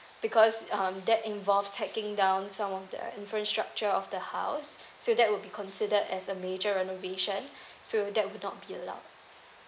because um that involves checking down some of the infrastructure of the house so that would be considered as a major renovation so that would not be allowed